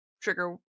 trigger